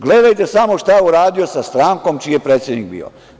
Gledajte samo šta je uradio sa strankom čiji je predsednik bio.